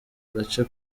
gace